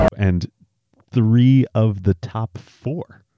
and three of the top four.